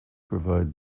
provide